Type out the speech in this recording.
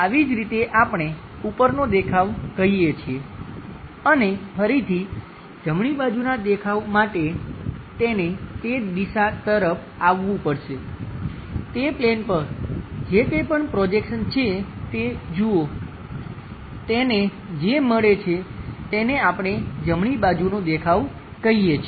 આવી જ રીતે આપણે ઉપરનો દેખાવ કહીએ છીએ અને ફરીથી જમણી બાજુના દેખાવ માટે તેને તે દિશા તરફ આવવું પડશે તે પ્લેન પર જે કંઇ પણ પ્રોજેક્શન છે તે જુઓ તેને જે મળે છે તેને આપણે જમણી બાજુનો દેખાવ કહીએ છીએ